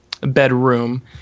bedroom